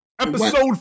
Episode